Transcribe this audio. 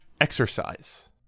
Exercise